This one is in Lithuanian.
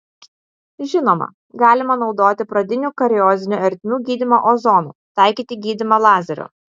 žinoma galima naudoti pradinių kariozinių ertmių gydymą ozonu taikyti gydymą lazeriu